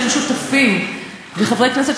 וחברי כנסת,